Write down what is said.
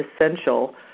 essential